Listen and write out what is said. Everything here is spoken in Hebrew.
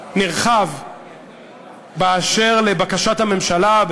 נרחב באשר לבקשת הממשלה,